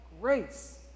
grace